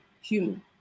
human